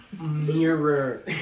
Mirror